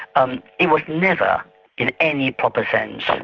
um it was never in any proper sense,